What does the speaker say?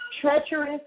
treacherous